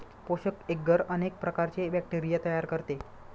पोषक एग्गर अनेक प्रकारचे बॅक्टेरिया तयार करते